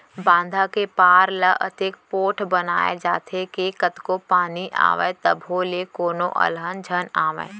बांधा के पार ल अतेक पोठ बनाए जाथे के कतको पानी आवय तभो ले कोनो अलहन झन आवय